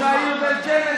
ראש העיר בית שמש,